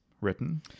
written